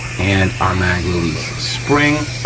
and our mag release spring.